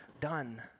done